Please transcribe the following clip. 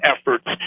efforts